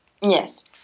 Yes